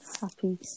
happy